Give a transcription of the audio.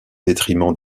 détriment